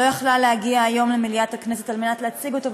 לא יכלה להגיע היום למליאת הכנסת להציג אותה,